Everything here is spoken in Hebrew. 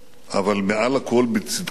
אבל מעל לכול בצדקת דרכנו,